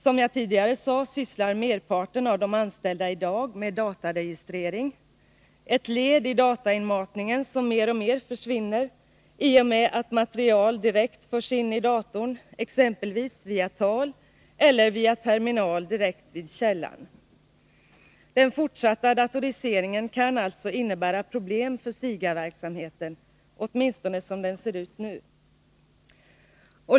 Som jag tidigare sade sysslar merparten av de anställda i dag med dataregistrering — ett led i datainmatningen som mer och mer försvinner i och med att material direkt förs in i datorn, exempelvis via tal eller via terminal direkt vid källan. Den fortsatta datoriseringen kan alltså innebära problem för SIGA verksamheten — åtminstone som den ser ut nu.